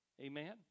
Amen